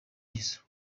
ngeso